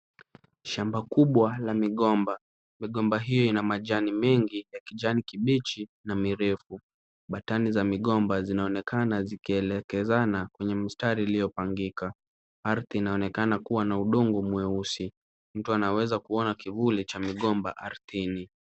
Shamba kubwa la migomba. Migomba hiyo ina majani mengi ya kijani kibichi na mirefu. Matawi za migomba zinaonekana zikielekeza na kwenye mistari iliyopangika. Mazingira inaonekana kuwa na udongo mweusi. Mtu anaweza kuona kivuli cha mgomba ardhini.